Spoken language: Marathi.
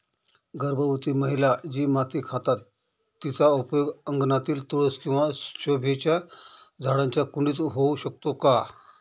गर्भवती महिला जी माती खातात तिचा उपयोग अंगणातील तुळस किंवा शोभेच्या झाडांच्या कुंडीत होऊ शकतो का?